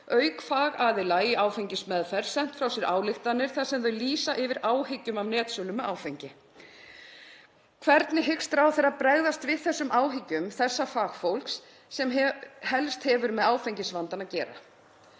auk fagaðila í áfengismeðferð, sent frá sér ályktanir þar sem þau lýsa yfir áhyggjum af netsölu með áfengi. Hvernig hyggst ráðherra bregðast við þessum áhyggjum þessa fagfólks sem helst hefur með áfengisvandann að gera?